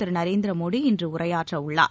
Thiru Narendra Modi இன்றுஉரையாற்றவுள்ளார்